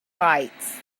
lights